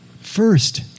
First